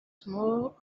small